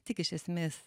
tik iš esmės